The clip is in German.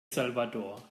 salvador